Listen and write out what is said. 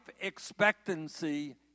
expectancy